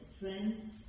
Friend